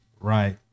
right